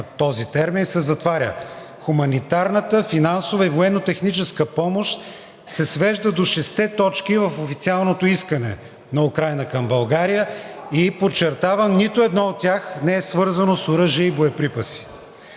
този термин се затваря. „Хуманитарната, финансова и военнотехническа помощ“ се свежда до шестте точки в официалното искане на Украйна към България и подчертавам, нито едно от тях не е свързано с оръжия и боеприпаси.